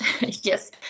Yes